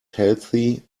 healthy